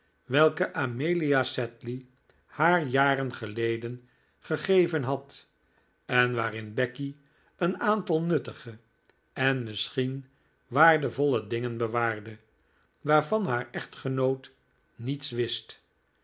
welke amelia sedley haar jaren geleden gegeven had en waarin becky een aantal nuttige en misschien waardevolle dingen bewaarde waarvan haar echtgenoot niets wist